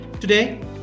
Today